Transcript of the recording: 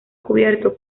cubierto